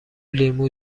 لیمو